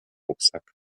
rucksack